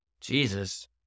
Jesus